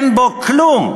אין בו כלום.